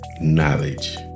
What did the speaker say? knowledge